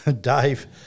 Dave